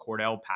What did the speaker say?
Cordell